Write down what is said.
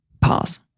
pause